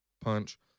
Punch